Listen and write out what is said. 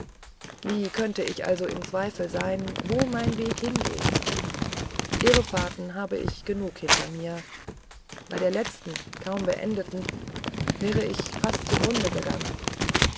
wie könnte ich also im zweifel sein wo mein weg hingeht irrfahrten habe ich genug hinter mir bei der letzten kaum beendeten wäre ich fast zugrunde gegangen